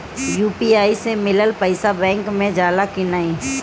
UPI से मिलल पईसा बैंक मे जाला की नाहीं?